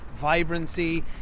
Vibrancy